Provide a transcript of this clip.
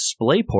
DisplayPort